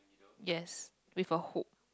yes with a hook